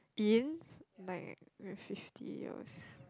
in like fifty years